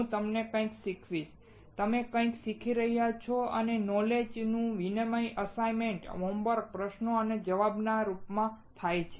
હું તમને કંઈક શીખવીશ તમે કંઈક શીખી રહ્યા છો અને નોલેજ નું વિનિમય એસાઈનમેન્ટ્સ હોમવર્ક્સ પ્રશ્નો અને જવાબોના રૂપમાં થાય છે